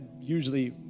usually